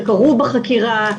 שקרו בחקירה,